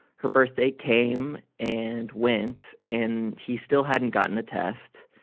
her birthday came and went. and he still hadn't gotten a test.